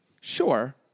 Sure